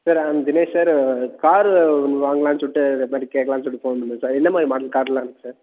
sir I am Dinesh sir car ஒன்று வாங்கலாம்னு சொல்லிட்டு இது மாதிரி கேட்கலான்னு சொல்லி ஃபோன் பண்ணேன் சார் என்ன மாதிரி மாடல் கார்லாம் இருக்குது சார்